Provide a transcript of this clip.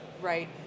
right